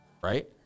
right